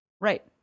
Right